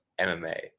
MMA